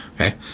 okay